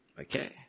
Okay